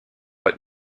but